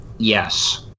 yes